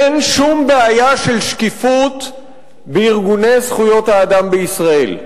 אין שום בעיה של שקיפות בארגוני זכויות האדם בישראל.